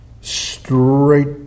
Straight